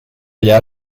allà